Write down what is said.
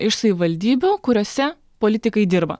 iš savivaldybių kuriose politikai dirba